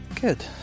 Good